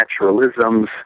Naturalisms